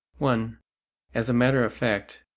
one as matter of fact,